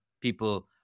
people